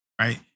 right